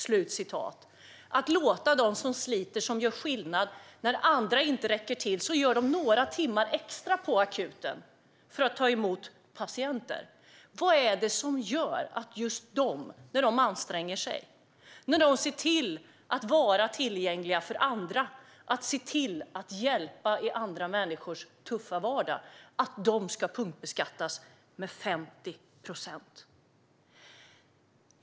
Vad är det då som gör att man låter dem som sliter och gör skillnad - när andra inte räcker till gör de några timmar extra på akuten för att ta emot patienter, och de anstränger sig och hjälper andra människor i deras tuffa vardag punktbeskattas med 50 procent?